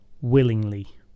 willingly